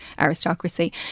aristocracy